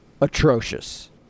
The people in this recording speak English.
atrocious